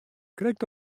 krekt